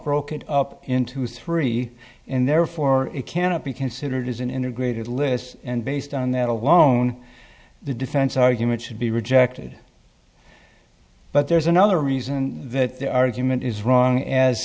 broken up into three and therefore it cannot be considered as an integrated list and based on that alone the defense argument should be rejected but there's another reason that their argument is wrong as